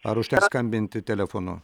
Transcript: ar užteks skambinti telefonu